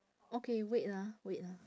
okay wait ah wait ah